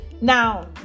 Now